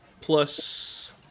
plus